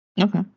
Okay